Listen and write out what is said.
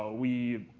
ah we